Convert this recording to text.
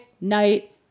night